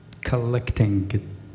collecting